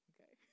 Okay